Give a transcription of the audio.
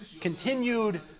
continued